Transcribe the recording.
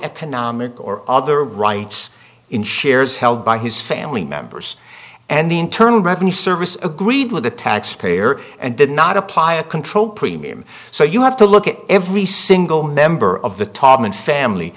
economic or other rights in shares held by his family members and the internal revenue service agreed with the taxpayer and did not apply a control premium so you have to look at every single member of the todman family